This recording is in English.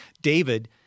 David